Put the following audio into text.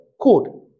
code